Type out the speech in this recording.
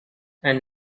and